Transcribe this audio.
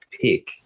pick